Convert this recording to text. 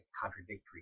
contradictory